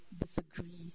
Disagree